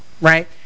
right